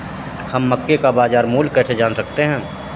हम मक्के का बाजार मूल्य कैसे जान सकते हैं?